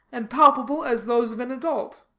and palpable as those of an adult.